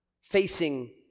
facing